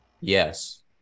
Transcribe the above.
Yes